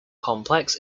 complex